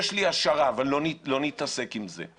יש לי השערה, אבל לא נתעסק עם זה.